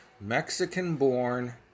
Mexican-born